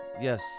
Yes